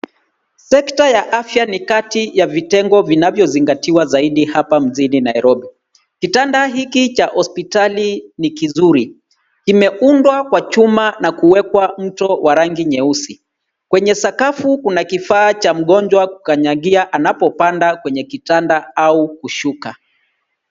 Sekta ya afya ni kati ya vitengo vinavyozingatiwa zaidi hapa mjini Nairobi. Kitanda hiki cha hospitali ni kizuri. Kimeundwa kwa chuma na kuwekwa mto wa rangi nyeusi. Kwenye sakafu kuna kifaa cha mgonjwa kukanyagia anapopanda kwenye kitanda au kushuka.